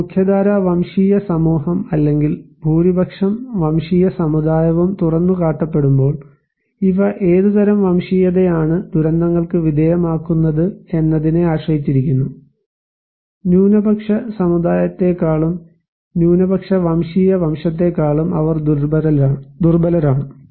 ഒരു മുഖ്യധാരാ വംശീയ സമൂഹം അല്ലെങ്കിൽ ഭൂരിപക്ഷം വംശീയ സമുദായവും തുറന്നുകാട്ടപ്പെടുമ്പോൾ ഇവ ഏതുതരം വംശീയതയാണ് ദുരന്തങ്ങൾക്ക് വിധേയമാക്കുന്നത് എന്നതിനെ ആശ്രയിച്ചിരിക്കുന്നു ന്യൂനപക്ഷ സമുദായത്തേക്കാളും ന്യൂനപക്ഷ വംശീയ വംശത്തേക്കാളും അവർ ദുർബലരാണ്